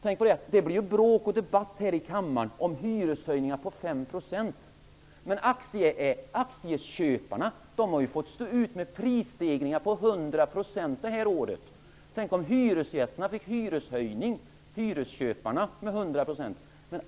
Tänk på att det blir bråk och debatt här i kammaren om hyreshöjningar på 5 % medan aktieköparna har fått stå ut med prisstegringar på 100 % detta år! Tänk om hyresköparna fick en hyreshöjning med 100 %!